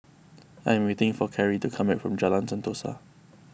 I am waiting for Cari to come back from Jalan Sentosa